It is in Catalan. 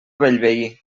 bellvei